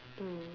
mm